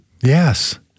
Yes